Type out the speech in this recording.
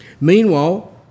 Meanwhile